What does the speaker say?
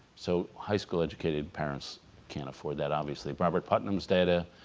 so high school educated parents can't afford that obviously. robert putnams data,